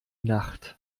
nacht